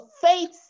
faith